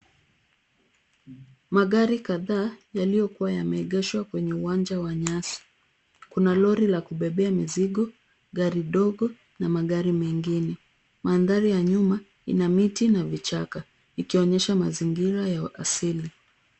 Magari kadhaa yaliyokuwa yameegeshwa kwenye uwanja wa nyasi. Kuna lori la kubebea mizigo, gari dogo na magari mengine. Mandhari ya nyuma ina miti na vichaka ikionyesha mazingira ya asili.